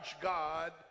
God